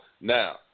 Now